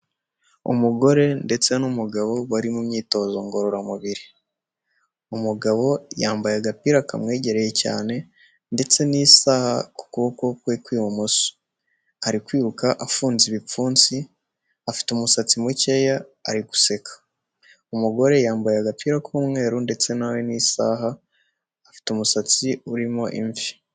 Umugore ndetse n'umugabo bari mu myitozo ngororamubiri, umugabo yambaye agapira kamwegereye cyane ndetse n'isaha ku kuboko kwe kw'ibumoso, ari kwiruka afunze ibipfunsi afite umusatsi mukeya ari guseka, umugore yambaye agapira k'umweru ndetse nawe n'isaha afite umusatsi urimo imvi.